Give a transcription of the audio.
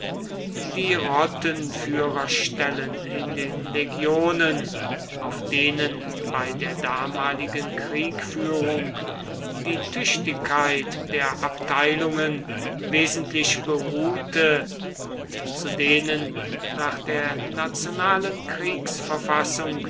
die rottenführerstellen in den legionen auf denen bei der damaligen kriegführung die tüchtigkeit der abteilungen wesentlich beruhte und zu denen nach der nationalen